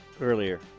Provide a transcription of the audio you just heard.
earlier